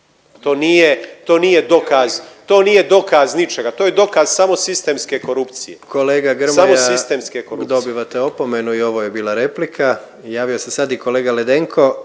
Kolega Grmoja …/Upadica Grmoja: Samo sistemske korupcije./… dobivate opomenu i ovo je bila replika. Javio se sad i kolega Ledenko.